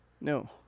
No